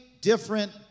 different